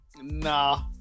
Nah